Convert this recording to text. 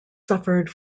suffered